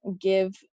give